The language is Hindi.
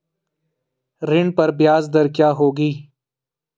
ऋण पर ब्याज दर क्या होगी?